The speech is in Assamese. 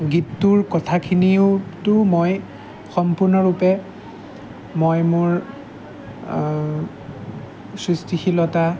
গীতটোৰ কথাখিনিওটো মই সম্পূৰ্ণৰূপে মই মোৰ সৃষ্টিশীলতা